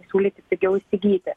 pasiūlyti pigiau įsigyti